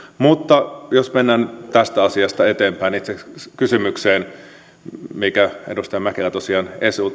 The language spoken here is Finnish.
mutta jos mennään tästä asiasta eteenpäin itse kysymykseen minkä edustaja mäkelä tosiaan